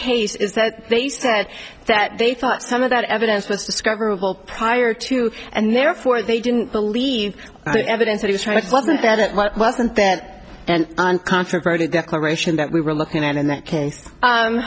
case is that they said that they thought some of that evidence was discoverable prior to and therefore they didn't believe the evidence that i was trying to solve that it wasn't that and uncontroverted declaration that we were looking at in that case